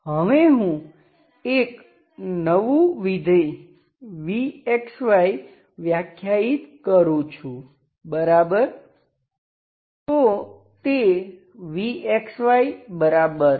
હવે હું એક નવું વિધેય v વ્યાખ્યાયિત કરું છું બરાબર